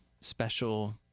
special